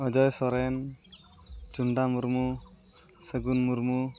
ᱚᱡᱚᱭ ᱥᱚᱨᱮᱱ ᱪᱩᱱᱰᱟ ᱢᱩᱨᱢᱩ ᱥᱟᱹᱜᱩᱱ ᱢᱩᱨᱢᱩ